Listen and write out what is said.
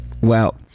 Well-